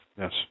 Yes